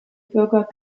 bürger